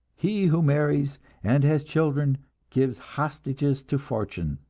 he who marries and has children gives hostages to fortune.